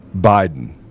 Biden